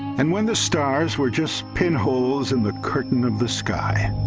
and when the stars were just pin holes in the curtain of the sky